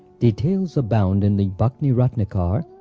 details abound in the bhakti-ratnakara,